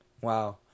Wow